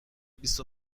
بیست